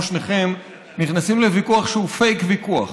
שניכם נכנסים לוויכוח שהוא פייק ויכוח.